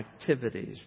activities